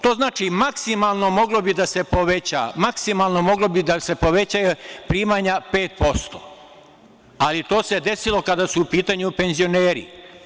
To znači maksimalno moglo bi da se poveća, maksimalno bi mogla da se povećaju primanja 5%, ali to se desilo kada su u pitanju penzioneri.